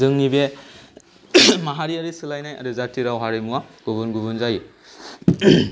जोंनि बे माहारियारि सोलायनाय आरो जाथि राव हारिमुआ गुबुन गुबुन जायो